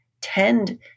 tend